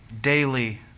daily